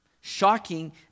shocking